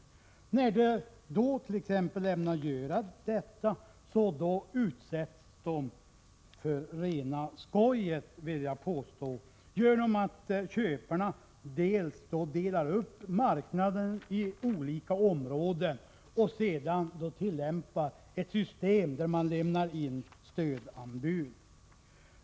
En annan aspekt av det inträffade är att skogsägarna, när de nu ämnar avverka, utsätts för — vill jag påstå — rena skojet, genom att köparna inte bara delar upp marknaden i olika områden, utan också tillämpar ett system där man lämnar in stödanbud.